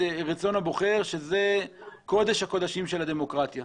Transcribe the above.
רצון הבוחר שזה קודש הקודשים של הדמוקרטיה.